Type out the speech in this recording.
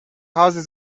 houses